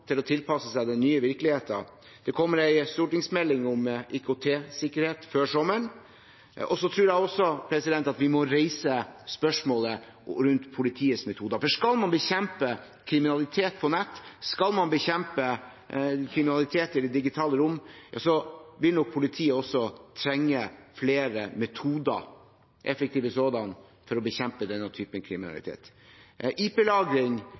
å tilpasse seg den nye virkeligheten. Det kommer en stortingsmelding om IKT-sikkerhet før sommeren. Så tror jeg også vi må reise spørsmålet rundt politiets metoder. Skal man bekjempe kriminalitet på nettet, og skal man bekjempe kriminalitet i det digitale rom, vil nok politiet også trenge flere metoder – effektive sådanne – for å bekjempe denne typen